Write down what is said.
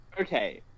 Okay